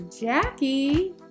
Jackie